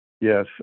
Yes